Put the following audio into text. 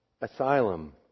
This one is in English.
asylum